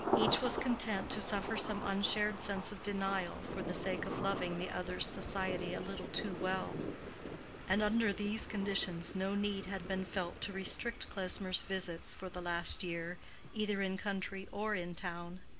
each was content to suffer some unshared sense of denial for the sake of loving the other's society a little too well and under these conditions no need had been felt to restrict klesmer's visits for the last year either in country or in town.